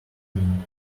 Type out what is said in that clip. green